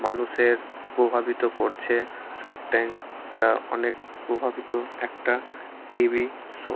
মানুষের প্রভাবিত করছে শার্ক ট্যাঙ্কটা অনেক প্রভাবিত একটা টিভি শো